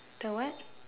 the what